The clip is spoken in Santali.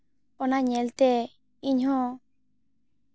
ᱚᱱᱟ ᱧᱮᱞᱛᱮ ᱤᱧ ᱦᱚᱸ